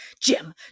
Jim